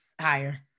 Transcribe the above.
higher